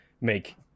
make